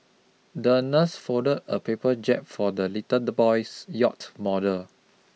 the nurse folded a paper jib for the little boy's yacht model